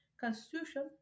constitution